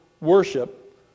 worship